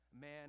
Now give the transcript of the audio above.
Man